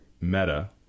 meta